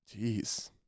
Jeez